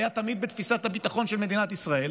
והיה תמיד בתפיסת הביטחון של מדינת ישראל: